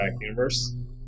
Universe